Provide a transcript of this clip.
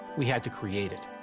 we had to create it,